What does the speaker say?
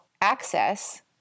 access